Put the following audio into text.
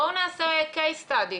בואו נעשה קייס סטאדי,